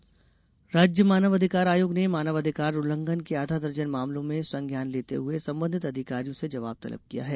आयोग राज्य मानव अधिकार आयोग ने मानव अधिकार उल्लंघन के आधा दर्जन मामलों में संज्ञान लेते हुए संबंधित अधिकारियों से जवाब तलब किया है